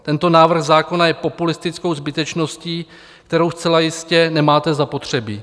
Tento návrh zákona je populistickou zbytečností, kterou zcela jistě nemáte zapotřebí.